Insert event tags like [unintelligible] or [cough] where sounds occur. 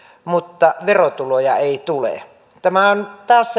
mutta verotuloja ei tule tämä on taas [unintelligible]